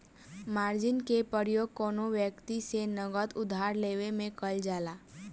margin के प्रयोग कौनो व्यक्ति से नगद उधार लेवे में कईल जाला